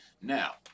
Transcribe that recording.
Now